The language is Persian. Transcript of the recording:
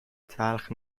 تلخ